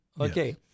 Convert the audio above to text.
okay